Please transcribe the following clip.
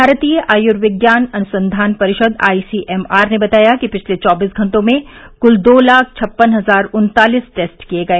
भारतीय आयुर्विज्ञान अनुसंधान परिषद आईसीएमआर ने बताया कि पिछले चौबीस घंटों में कुल दो लाख छप्पन हजार उन्तालीस टेस्ट किए गए